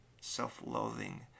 self-loathing